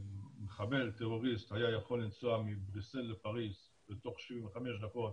מחבל טרוריסט היה יכול לנסוע מבריסל לפריס בתוך 75 דקות